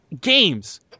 games